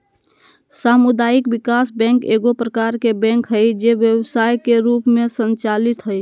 सामुदायिक विकास बैंक एगो प्रकार के बैंक हइ जे व्यवसाय के रूप में संचालित हइ